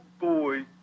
boy